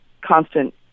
constant